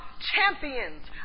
champions